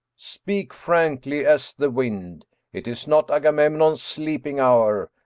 speak frankly as the wind it is not agamemnon's sleeping hour.